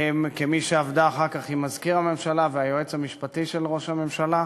כמי שעבדה אחר כך עם מזכיר הממשלה והיועץ המשפטי של ראש הממשלה.